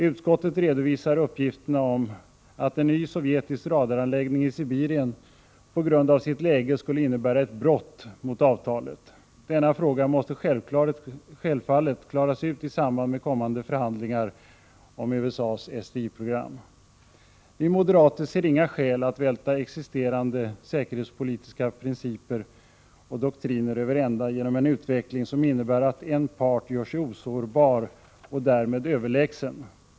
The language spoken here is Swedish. utskottet redovisar uppgifterna om att en ny sovjetisk radaranläggning i Sibirien på grund av sitt läge skulle innebära ett brott mot avtalet. Denna fråga måste självfallet klaras ut i samband med kommande förhandlingar om USA:s SDI-program. Vi moderater ser inga skäl att välta existerande säkerhetspolitiska principer och doktriner över ända genom en utveckling, som innebär att en part gör sig osårbar och därmed överlägsen.